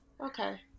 Okay